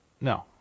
No